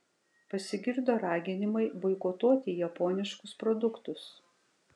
pasigirdo raginimai boikotuoti japoniškus produktus